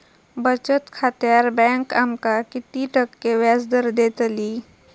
बचत खात्यार बँक आमका किती टक्के व्याजदर देतली?